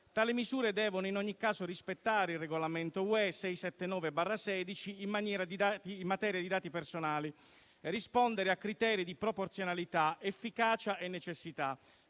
Tali misure devono in ogni caso rispettare il regolamento UE 679/2016 in materia di dati personali e rispondere a criteri di proporzionalità, efficacia e necessità.